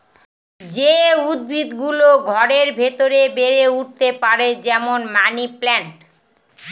যে উদ্ভিদ গুলো ঘরের ভেতরে বেড়ে উঠতে পারে, যেমন মানি প্লান্ট